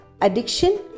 addiction